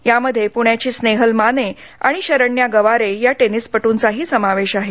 यामध्ये प्ण्याची स्रेहल माने आणि शरण्या गवारे या टेनिसपट्ंचाही समावेश आहे